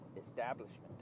establishment